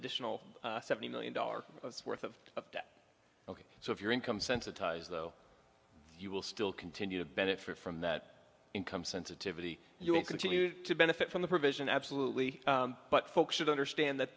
additional seventy million dollars worth of debt ok so if your income sensitize though you will still continue to benefit from that income sensitivity you will continue to benefit from the provision absolutely but folks should understand that